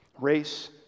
race